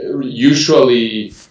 Usually